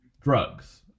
drugs